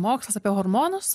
mokslas apie hormonus